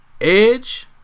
Edge